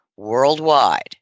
Worldwide